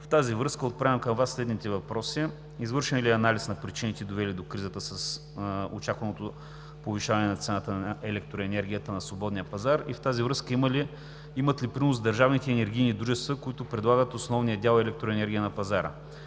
В тази връзка отправям към Вас следните въпроси: извършен ли е анализ на причините, довели до кризата с очакваното повишаване на цената на електроенергията на свободния пазар? В тази връзка, имат ли принос държавните и енергийни дружества, които предлагат основния дял електроенергия на пазара?